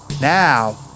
Now